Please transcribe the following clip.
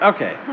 Okay